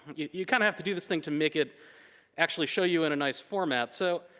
you you kinda have to do this thing to make it actually show you in a nice format. so